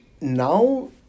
now